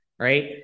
Right